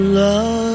love